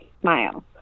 smile